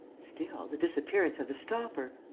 still, the disappearance of the stopper.